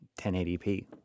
1080p